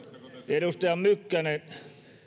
edustaja mykkänen